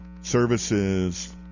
services